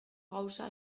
gauza